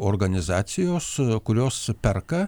organizacijos kurios perka